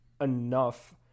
enough